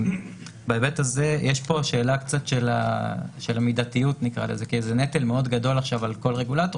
בהיבט הזה יש שאלה של המידתיות כי זה נטל מאוד גדול על כל רגולטור